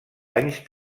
anys